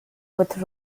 with